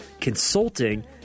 consulting